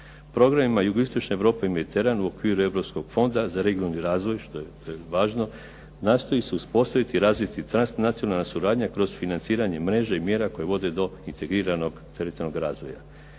Programima Jugoistočna Europa i Mediteran u okviru Europskog fonda za regionalni razvoj što je važno nastoji se uspostaviti i razviti transnacionalna suradnja kroz financiranje mreže i mjera koje vode do integriranog teritorijalnog razvoja.